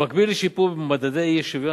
במקביל לשיפור במדדי האי-שוויון,